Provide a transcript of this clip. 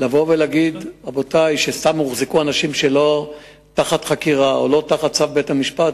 אבל להגיד שסתם הוחזקו אנשים שלא תחת חקירה או תחת צו בית-משפט,